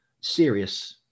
serious